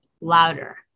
louder